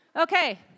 Okay